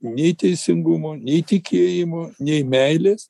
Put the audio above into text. nei teisingumo nei tikėjimo nei meilės